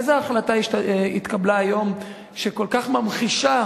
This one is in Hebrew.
איזה החלטה התקבלה היום שכל כך ממחישה